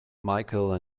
micheal